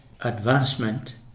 advancement